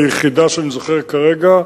היחידה שאני זוכר כרגע,